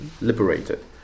liberated